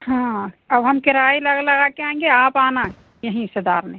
हाँ अब हम किराया ही लगा लगा कर आएँगे आप आना यहीं सुधारने